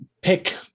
pick